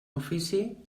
ofici